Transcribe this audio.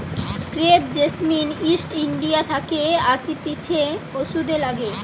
crepe jasmine east India থাকে আসতিছে ওষুধে লাগে